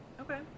okay